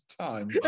time